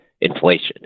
inflation